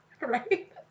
Right